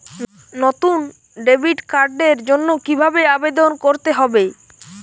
নতুন ডেবিট কার্ডের জন্য কীভাবে আবেদন করতে হবে?